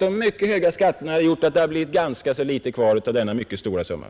de mycket höga skatterna gjort att det blivit ganska litet kvar av denna mycket stora summa?